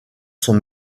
son